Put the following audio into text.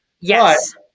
Yes